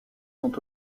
sont